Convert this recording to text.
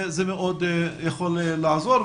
זה מאוד יכול לעזור,